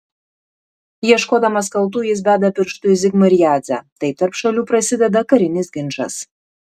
ieškodamas kaltų jis beda pirštu į zigmą ir jadzę taip tarp šalių prasideda karinis ginčas